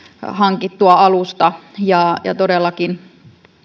hankittua alusta ja ja todellakin